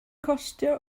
costio